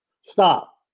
Stop